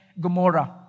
Gomorrah